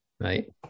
Right